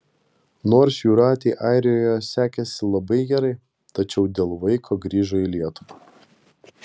nors jūratei airijoje sekėsi labai gerai tačiau dėl vaiko grįžo į lietuvą